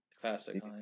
Classic